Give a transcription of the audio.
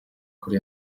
kuri